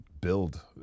build